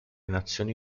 nazioni